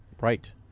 right